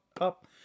up